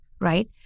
right